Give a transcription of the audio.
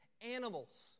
animals